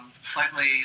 slightly